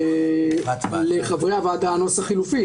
ההחלטות של התביעה הפלילית